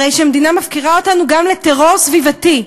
הרי שהמדינה מפקירה אותנו גם לטרור סביבתי.